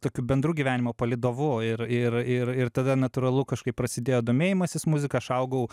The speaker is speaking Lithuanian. tokiu bendru gyvenimo palydovu ir ir ir ir tada natūralu kažkaip prasidėjo domėjimasis muzika aš augau